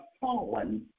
fallen